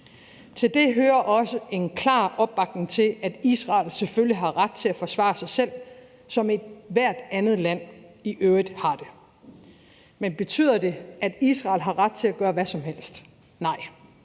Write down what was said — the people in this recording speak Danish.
Til det hører også en klar opbakning til, at Israel selvfølgelig har ret til at forsvare sig selv, som ethvert andet land i øvrigt har det. Men betyder det, at Israel har ret til at gøre hvad som helst? Nej,